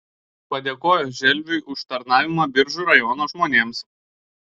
padėkojo želviui už tarnavimą biržų rajono žmonėms